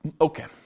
Okay